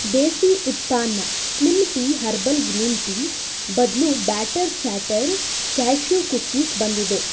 ದೇಸಿ ಉತ್ಥಾನ slim tea herbal green tea ಬದಲು batter chatter cashew cookies ಬಂದಿದೆ